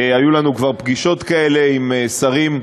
היו לנו כבר פגישות כאלה עם שרים.